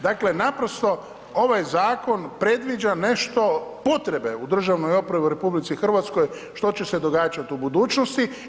Dakle, naprosto ovaj zakon predviđa nešto, potrebe, u državnoj upravi u RH, što će se događati u budućnosti.